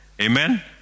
Amen